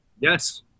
Yes